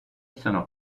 sono